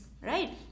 right